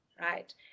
right